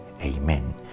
Amen